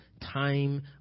time